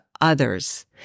others